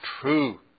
true